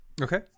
Okay